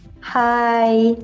Hi